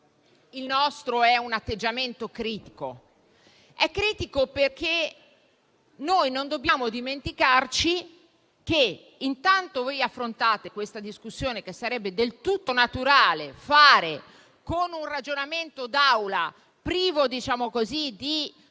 il nostro è un atteggiamento critico? È critico perché non dobbiamo dimenticarci che intanto voi affrontate questa discussione, che sarebbe del tutto naturale fare con un ragionamento d'Aula privo di